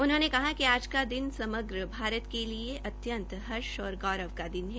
उन्होंने कहा कि आज का दिन समग्र भारत के लिए अत्यंत हर्ष और गौरव का दिन है